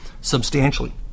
substantially